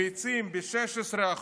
ביצים, ב-16%.